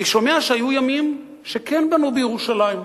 אני שומע שהיו ימים שכן בנו בירושלים.